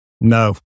No